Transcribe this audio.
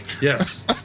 yes